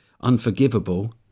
unforgivable